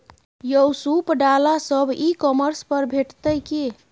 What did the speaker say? यौ सूप डाला सब ई कॉमर्स पर भेटितै की?